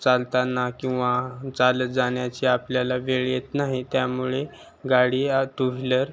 चालताना किंवा चालत जाण्याची आपल्याला वेळ येत नाही त्यामुळे गाडी आ टू व्हिलर